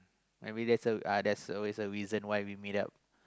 I mean there's a uh there's always a reason why we meet up